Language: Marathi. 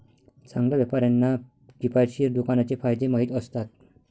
चांगल्या व्यापाऱ्यांना किफायतशीर दुकानाचे फायदे माहीत असतात